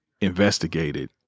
investigated